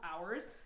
hours